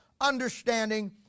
understanding